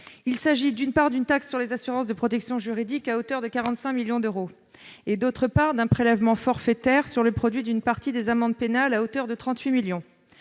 Il s'agit, d'une part, d'une taxe sur les assurances de protection juridique, à hauteur de 45 millions d'euros, d'autre part, d'un prélèvement forfaitaire sur le produit d'une partie des amendes pénales, à hauteur de 38 millions